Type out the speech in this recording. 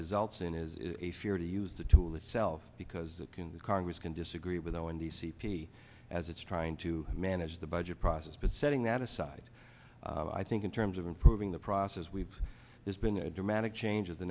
results in is a fear to use the tool itself because it can the congress can disagree with oh in the c p as it's trying to manage the budget process but setting that aside i think in terms of improving the process we've there's been a dramatic change